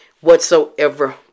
whatsoever